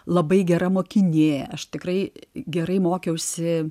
labai gera mokinė aš tikrai gerai mokiausi